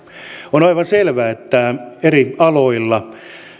on aivan selvää että eri aloilla